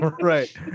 Right